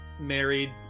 married